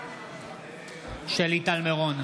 בעד שלי טל מירון,